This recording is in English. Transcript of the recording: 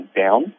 down